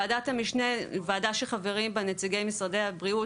ועדת המשנה היא ועדה שחברים בה נציגי משרד הבריאות,